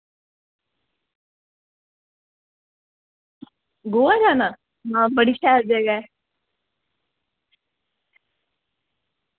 गोवा जाना आं बड़ी शैल जगह ऐ